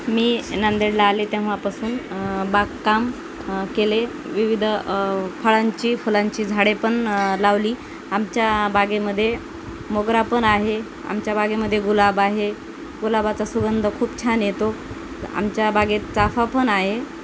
मी नांदेडला आले तेव्हापासून बागकाम केले विविध फळांची फुलांची झाडे पण लावली आमच्या बागेमध्ये मोगरा पण आहे आमच्या बागेमध्ये गुलाब आहे गुलाबाचा सुगंध खूप छान येतो आमच्या बागेत चाफा पण आहे